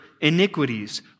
iniquities